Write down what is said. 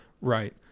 Right